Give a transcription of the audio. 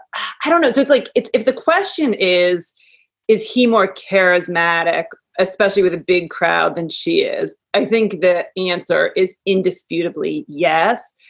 i don't know. it's it's like if the question. is is he more charismatic? especially with a big crowd than she is? i think the answer is indisputably yes.